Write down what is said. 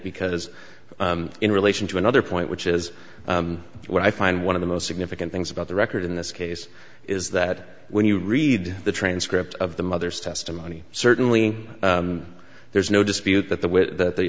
because in relation to another point which is what i find one of the most significant things about the record in this case is that when you read the transcript of the mother's testimony certainly there's no dispute that the with the